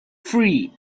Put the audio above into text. free